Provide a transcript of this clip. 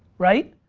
right.